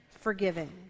forgiven